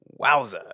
Wowza